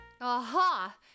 Aha